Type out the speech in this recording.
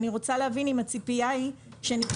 אני רוצה להבין אם הציפייה היא שניתן